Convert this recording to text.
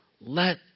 Let